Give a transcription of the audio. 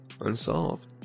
unsolved